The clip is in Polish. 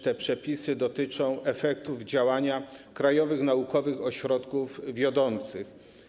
Te przepisy dotyczą również efektów działania krajowych naukowych ośrodków wiodących.